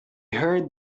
heard